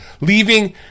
leaving